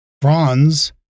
bronze